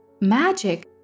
magic